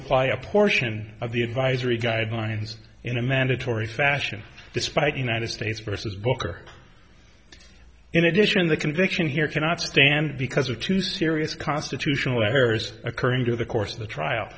apply a portion of the advisory guidelines in a mandatory fashion despite united states versus booker in addition the conviction here cannot stand because of two serious constitutional errors occurring to the course of the trial